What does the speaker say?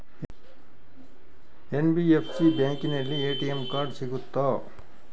NBFC ಬ್ಯಾಂಕಿನಲ್ಲಿ ATM card ಸಿಗುತ್ತಾ?